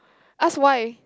ask why